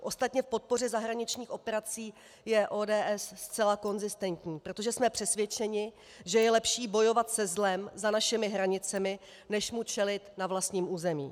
Ostatně k podpoře zahraničních operací je ODS zcela konzistentní, protože jsme přesvědčeni, že je lepší bojovat se zlem za našimi hranicemi, než mu čelit na vlastním území.